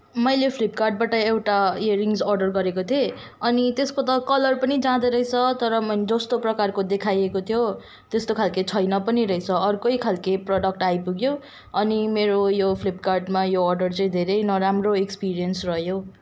मैले फ्लिपकार्टबाट एउटा इयरिङ्स अर्डर गरेको थिएँ अनि त्यसको त कलर पनि जाँदो रहेछ तर मलाई जस्तो प्रकारको देखाइएको थियो त्यस्तो खालको छैन पनि रहेछ अर्कै खालको प्रडक्ट आइपुग्यो अनि मेरो यो फ्लिपकार्टमा यो अर्डर चाहिँ धेरै नराम्रो एक्सपिरियन्स रह्यो